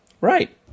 right